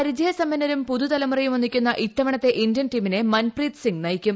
പരിചയസമ്പന്നരും പുതുതലമുറയും ഒന്നിക്കുന്ന് ഇന്ത്യൻ ടീമിനെ മൻപ്രീത് സിങ് നയിക്കും